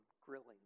grilling